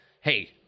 Hey